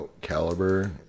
caliber